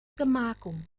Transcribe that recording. gemarkung